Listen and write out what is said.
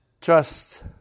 trust